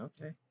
Okay